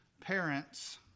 parents